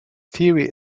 theory